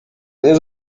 nie